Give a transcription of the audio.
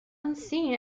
unseen